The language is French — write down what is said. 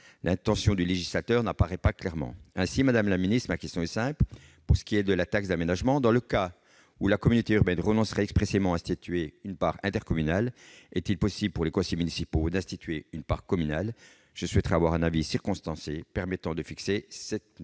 L'intention du législateur n'apparaît pas clairement. Madame la ministre, pour ce qui est de la taxe d'aménagement, dans le cas où la communauté urbaine renoncerait expressément à instituer une part intercommunale, est-il possible pour les conseils municipaux d'instituer une part communale ? Je souhaiterais avoir un avis circonstancié permettant de fixer cette doctrine